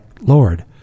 Lord